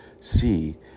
see